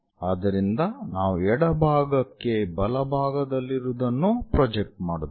ಆದ್ದರಿಂದ ನಾವು ಎಡಭಾಗಕ್ಕೆ ಬಲಭಾಗದಲ್ಲಿರುವುದನ್ನು ಪ್ರೊಜೆಕ್ಟ್ ಮಾಡುತ್ತೇವೆ